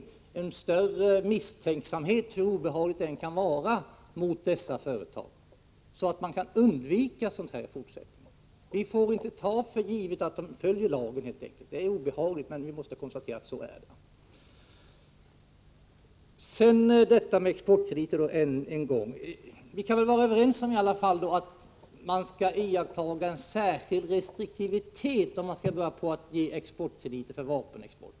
Man måste visa större misstänksamhet — hur obehagligt det än kan vara — mot dessa företag, så att sådant här kan undvikas i fortsättningen. Vi får helt enkelt inte ta för givet att de följer lagen. Det är obehagligt, men vi måste konstatera att det är så. Så än en gång till frågan om exportkrediter. Vi kan tydligen vara överens om att man skall iaktta särskilt stor restriktivitet i fråga om exportkrediter för vapenexport.